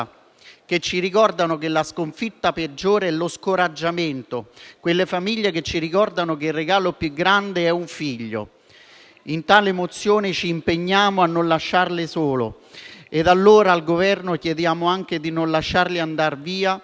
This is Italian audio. che ci ricordano che la sconfitta peggiore è lo scoraggiamento: quelle famiglie che ci ricordano che il regalo più grande è un figlio. Con la mozione n. 83 ci impegniamo a non lasciarle sole. Al Governo chiediamo anche di non lasciarle andar via